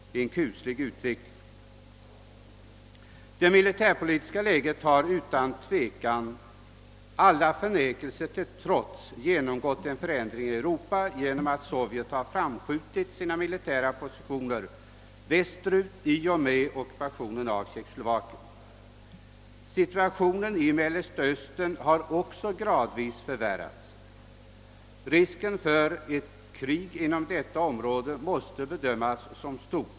Det är en kuslig utveckling. Dei militärpolitiska läget har utan tvivel, alla förnekanden till trots, genomgått en förändring i Europa genom att Sovjet har skjutit fram sina militära positioner västerut i och med ockupationen av Tjeckoslovakien. även situationen i Mellersta Östern har gradvis förvärrats. Risken för ett krig där måste bedömas som stor.